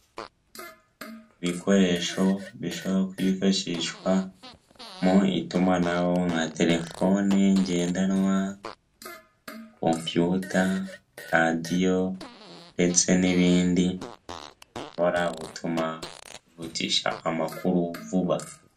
Ibikoresho bishobora kwifashishwa mu itumanaho, nka telefoni ngendanwa, kompiyuta, radiyo ndetse n'ibindi, bishobora gutuma bihutisha amakuru vuba.